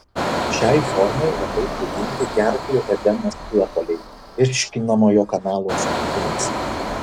šiai formai labai būdingi gerklų edemos priepuoliai virškinamojo kanalo sutrikimas